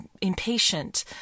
impatient